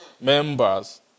Members